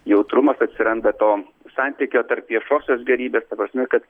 jautrumas atsiranda tom santykio tarp viešosios gėrybės ta prasme kad